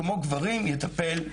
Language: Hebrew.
כמו שגברים יטפלו בגברים.